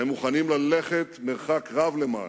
ומוכנים ללכת מרחק רב למענו.